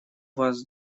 вас